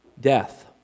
death